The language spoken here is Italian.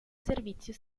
servizio